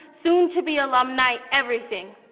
soon to be alumni. everything.